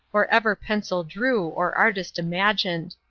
or ever pencil drew or artist imagined.